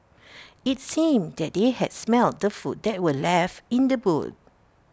IT seemed that they had smelt the food that were left in the boot